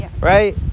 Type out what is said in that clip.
Right